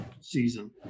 season